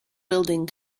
building